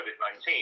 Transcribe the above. COVID-19